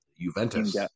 Juventus